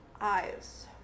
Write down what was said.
Eyes